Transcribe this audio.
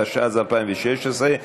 התשע"ז 2016,